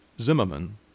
Zimmerman